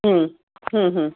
हम्म हम्म हम्म